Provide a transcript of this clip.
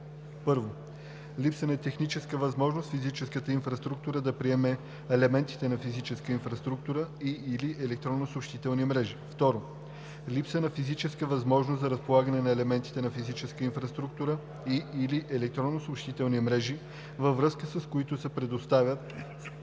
1. липса на техническа възможност физическата инфраструктура да приеме елементите на физическа инфраструктура и/или електронни съобщителни мрежи; 2. липса на физическа възможност за разполагане на елементите на физическа инфраструктура и/или електронни съобщителни мрежи, във връзка с които се иска предоставяне